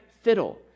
fiddle